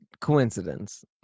coincidence